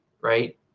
right